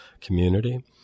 community